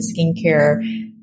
skincare